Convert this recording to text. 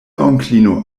onklino